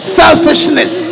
selfishness